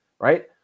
right